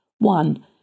One